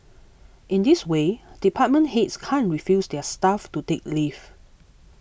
in this way department heads can't refuse their staff to take leave